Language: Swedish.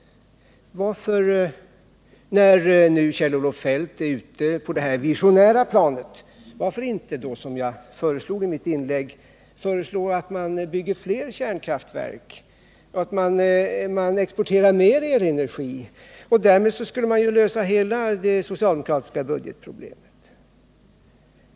Men när Kjell-Olof Feldt ändå är ute på det visionära planet, varför inte då, såsom jag sade i mitt inlägg, också föreslå att man skall bygga fler kärnkraftsverk, så att man kan exportera mer elenergi? Därmed skulle man ju kunna lösa hela det socialdemokratiska budgetproblemet!